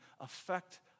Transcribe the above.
affect